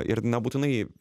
ir nebūtinai